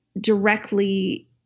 directly